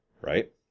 right